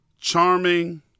charming